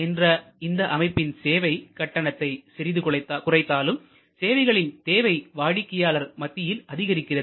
என்ற இந்த அமைப்பின் சேவை கட்டணத்தை சிறிது குறைத்தாலும் சேவைகளின் தேவை வாடிக்கையாளர் மத்தியில் அதிகரிக்கிறது